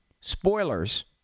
spoilers